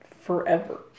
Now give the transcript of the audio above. forever